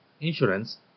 insurance